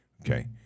okay